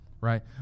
right